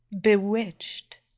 bewitched